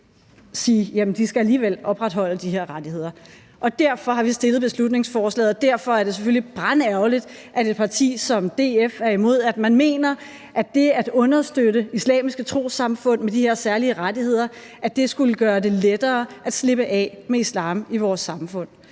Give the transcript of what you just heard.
sige, at de alligevel skal have de her rettigheder. Derfor har vi fremsat beslutningsforslaget, og derfor er det selvfølgelig brandærgerligt, at et parti som DF er imod, og at man mener, at det at understøtte islamiske trossamfund med de her særlige rettigheder skulle gøre det lettere at slippe af med islam i vores samfund.